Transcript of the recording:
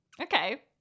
Okay